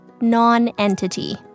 non-entity